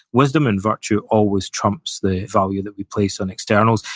wisdom and virtue always trumps the value that we place on externals.